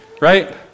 right